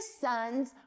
sons